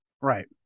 right